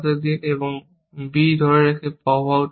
যখন আমি b ধরে রেখে পপ আউট করি